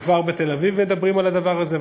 וכבר בתל-אביב מדברים על הדבר הזה,